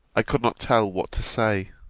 i could not tell what to say.